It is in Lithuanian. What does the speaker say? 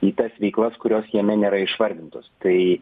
į tas veiklas kurios jame nėra išvardintos tai